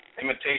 imitation